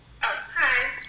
hi